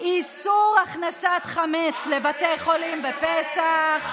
איסור הכנסת חמץ לבתי חולים בפסח,